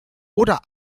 oder